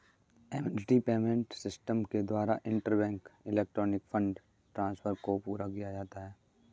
immediate payment system के द्वारा interbank electronic fund transfer को पूरा किया जाता है